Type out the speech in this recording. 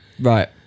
Right